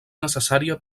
necessària